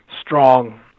strong